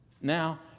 now